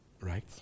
Right